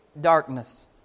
darkness